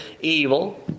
evil